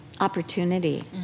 opportunity